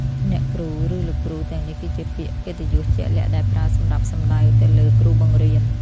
អ្នកគ្រូ ឬ លោកគ្រូ ទាំងនេះគឺជាពាក្យកិត្តិយសជាក់លាក់ដែលប្រើសម្រាប់សំដៅទៅលើគ្រូបង្រៀន។